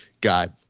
God